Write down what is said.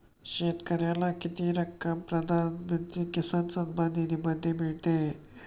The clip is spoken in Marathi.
शेतकऱ्याला किती रक्कम पंतप्रधान किसान सन्मान निधीमध्ये मिळते?